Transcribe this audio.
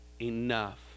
enough